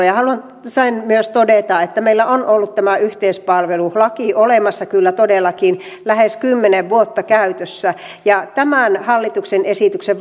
ja haluan sen myös todeta että meillä on ollut tämä yhteispalvelulaki olemassa kyllä todellakin lähes kymmenen vuotta käytössä tämän hallituksen esityksen